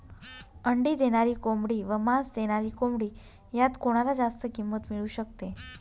अंडी देणारी कोंबडी व मांस देणारी कोंबडी यात कोणाला जास्त किंमत मिळू शकते?